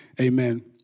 Amen